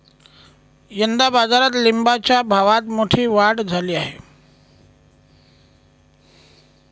यंदा बाजारात लिंबाच्या भावात मोठी वाढ झाली आहे